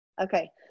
okay